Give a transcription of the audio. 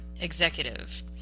executive